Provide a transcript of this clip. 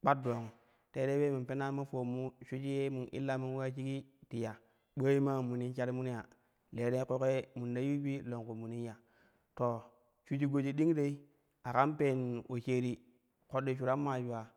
kpar dong teerei ulee mun pena ma foulon mu shwiji ye mun illa mun uleya shigi ti ya ɓooi maa munin shari munu ya teerei ƙoƙo ye nun ta yiu bi longku munin ya, to shuiji goji ding dai a kan peen poshaari koɗɗi shuran maa yuwa